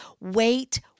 Wait